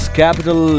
capital